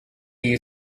you